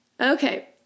Okay